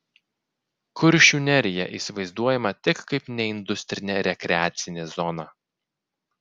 kuršių nerija įsivaizduojama tik kaip neindustrinė rekreacinė zona